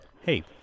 Hey